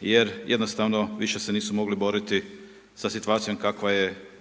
jer jednostavno više se nisu mogli boriti sa situacijom kakva je